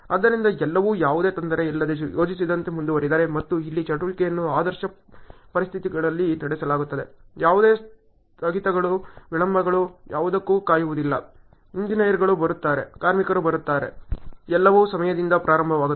ಆದ್ದರಿಂದ ಎಲ್ಲವೂ ಯಾವುದೇ ತೊಂದರೆಯಿಲ್ಲದೆ ಯೋಜಿಸಿದಂತೆ ಮುಂದುವರಿದರೆ ಮತ್ತು ಇಲ್ಲಿ ಚಟುವಟಿಕೆಯನ್ನು ಆದರ್ಶ ಪರಿಸ್ಥಿತಿಗಳಲ್ಲಿ ನಡೆಸಲಾಗುತ್ತದೆ ಯಾವುದೇ ಸ್ಥಗಿತಗಳು ವಿಳಂಬಗಳು ಯಾವುದಕ್ಕೂ ಕಾಯುವುದಿಲ್ಲ ಎಂಜಿನಿಯರ್ಗಳು ಬರುತ್ತಾರೆ ಕಾರ್ಮಿಕರು ಬರುತ್ತಾರೆ ಎಲ್ಲವೂ ಸಮಯದಿಂದ ಪ್ರಾರಂಭವಾಗುತ್ತದೆ